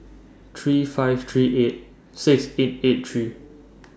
three five three eight six eight eight three